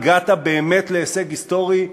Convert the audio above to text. שהגעת להישג היסטורי,